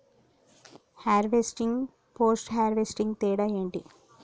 Harvesting, post harvesting తేడా ఏంటి?